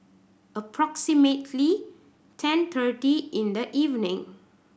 approximately ten thirty in the evening